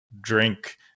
drink